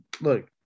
look